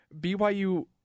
BYU